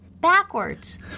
backwards